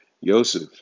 Yosef